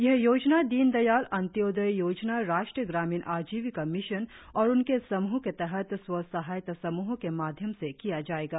यह योजना दीनदयाल अंत्योदय योजना राष्ट्रीय ग्रामीण आजीविका मिशन और उनके समूह के तहत स्व सहायता समूहो के माध्यम से किया जाएगा